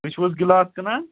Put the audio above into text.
تُہۍ چھُ حظ گِلاس کٕنان